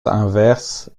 inverse